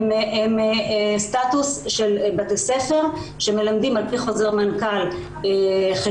הם סטטוס של בתי ספר שמלמדים על פי חוזר מנכ"ל חשבון,